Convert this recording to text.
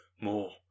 More